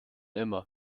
immer